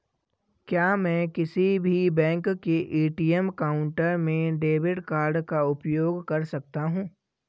क्या मैं किसी भी बैंक के ए.टी.एम काउंटर में डेबिट कार्ड का उपयोग कर सकता हूं?